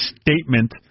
statement